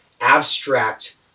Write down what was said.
abstract